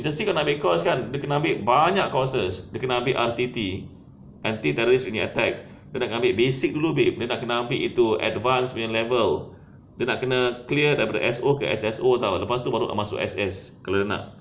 B_S_C kalau ambil course kan dia kena ambil banyak courses dia kena ambil R_T_T anti terrorist attack kena ambil basic dulu babe nak kena ambil itu advanced punya level dia nak kena clear daripada S_O ke S_S_O [tau] lepas tu baru masuk S_S kalau dia nak